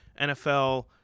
NFL